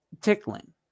tickling